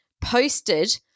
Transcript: posted